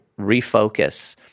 refocus